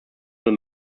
will